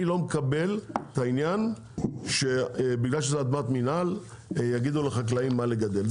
אני לא מקבל את העניין שבגלל שזה אדמת מינהל יגידו לחקלאים מה לגדל.